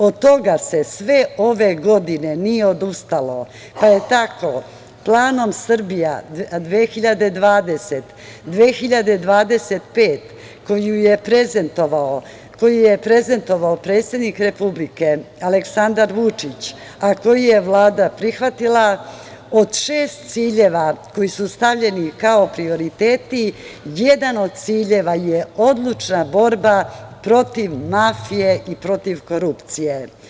Od toga se sve ove godine nije odustalo, pa je tako planom „Srbija 2020 – 2025“ koju je prezentovao predsednik republike, Aleksandar Vučić, a koji je Vlada prihvatila, od šest ciljeva koji su stavljeni kao prioriteti jedan od ciljeva je odlučna borba protiv mafije i protiv korupcije.